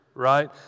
right